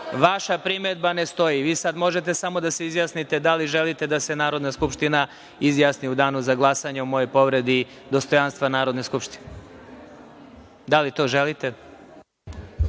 vaša primedba ne stoji. Vi sada možete samo da se izjasnite da li želite da se Narodna skupština izjasni u danu za glasanje o mojoj povredi dostojanstva Narodne skupštine. **Nemanja